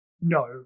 No